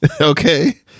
okay